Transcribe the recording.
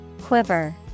quiver